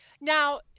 Now